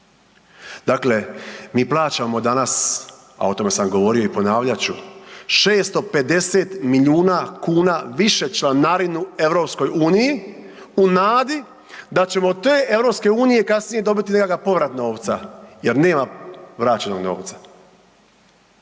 Dakle, mi plaćamo danas, a o tome sam govorio i ponavljat ću, 650 milijuna kuna više članarinu EU u nadi da ćemo od te EU kasnije dobiti nekakav povrat novca jer nema vraćenog novca.